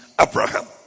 abraham